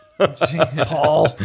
Paul